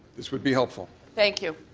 this would be helpful. thank you.